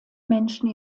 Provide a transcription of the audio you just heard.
menschen